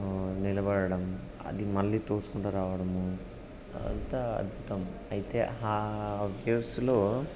నిలబడటం అది మళ్ళీ తోసుకుంటూ రావడము అంత అర్థం అయితే ఆ వేవ్స్లో